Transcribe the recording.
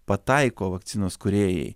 pataiko vakcinos kūrėjai